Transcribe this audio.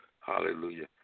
hallelujah